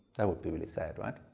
that would be really sad right?